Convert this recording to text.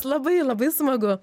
labai labai smagu